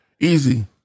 Easy